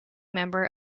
member